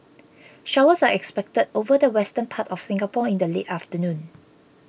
showers are expected over the western part of Singapore in the late afternoon